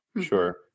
Sure